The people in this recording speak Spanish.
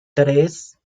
tres